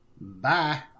Bye